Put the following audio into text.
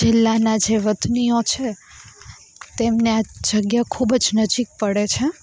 જિલ્લાના જે વતનીઓ છે તેમને આ જગ્યા ખૂબ જ નજીક પડે છે